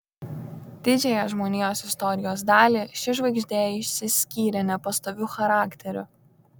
didžiąją žmonijos istorijos dalį ši žvaigždė išsiskyrė nepastoviu charakteriu